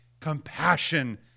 Compassion